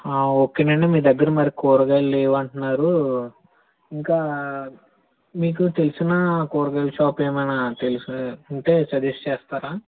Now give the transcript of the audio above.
ఆ ఓకే నండి మీదగ్గర మరి కురగాయలు లేవంటున్నారు ఇంకా మీకు తెలిసిన కురగాయల షాపు ఏమన్నా తెలుసా అంటే సజెస్ట్ చేస్తారా